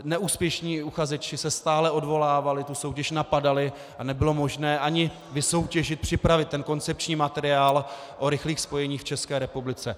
Neúspěšní uchazeči se stále odvolávali, tu soutěž napadali a nebylo možné ani vysoutěžit, připravit ten koncepční materiál o rychlých spojeních v České republice.